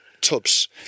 tubs